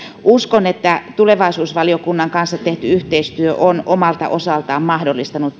uskon että tulevaisuusvaliokunnan kanssa tehty yhteistyö on omalta osaltaan mahdollistanut